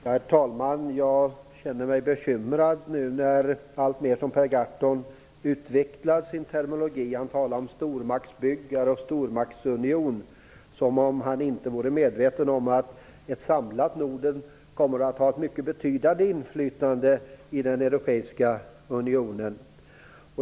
Herr talman! Jag känner mig bekymrad nu allteftersom Per Gahrton utvecklar sin terminologi. Han talar om stormaktsbyggare och stormaktsunion som om han inte vore medveten om att ett samlat Norden kommer att ha ett mycket betydande inflytande i den europeiska unionen.